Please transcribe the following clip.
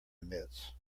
emits